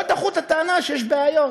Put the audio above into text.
לא דחה את הטענה שיש בעיות